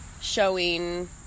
showing